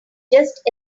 just